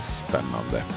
spännande